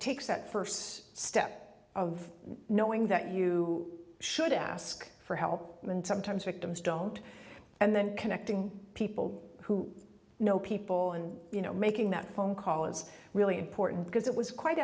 takes that first step of knowing that you should ask for help and sometimes victims don't and then connecting people who know people and you know making that phone call it's really important because it was quite